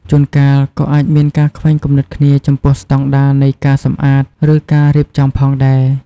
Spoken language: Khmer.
ជួនកាល ក៏អាចមានការខ្វែងគំនិតគ្នាចំពោះស្តង់ដារនៃការសម្អាត ឬការរៀបចំផងដែរ។